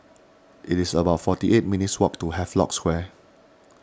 it is about forty eight minutes' walk to Havelock Square